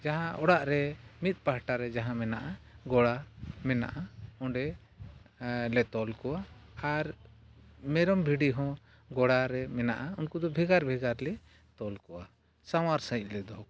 ᱡᱟᱦᱟᱸ ᱚᱲᱟᱜ ᱨᱮ ᱢᱤᱫ ᱯᱟᱦᱴᱟ ᱨᱮ ᱡᱟᱦᱟᱸ ᱢᱮᱱᱟᱜᱼᱟ ᱜᱚᱲᱟ ᱢᱮᱱᱟᱜᱼᱟ ᱚᱸᱰᱮ ᱞᱮ ᱛᱚᱞ ᱠᱚᱣᱟ ᱟᱨ ᱢᱮᱨᱚᱢ ᱵᱷᱤᱰᱤ ᱦᱚᱸ ᱜᱚᱲᱟ ᱨᱮ ᱢᱮᱱᱟᱜᱟ ᱩᱱᱠᱩ ᱫᱚ ᱵᱷᱮᱜᱟᱨ ᱵᱷᱮᱜᱟᱨ ᱞᱮ ᱛᱚᱞ ᱠᱚᱣᱟ ᱥᱟᱶᱟᱨ ᱥᱟᱺᱦᱤᱡᱽ ᱞᱮ ᱫᱚᱦᱚ ᱠᱚᱣᱟ